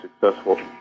successful